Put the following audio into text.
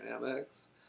dynamics